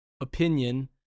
Opinion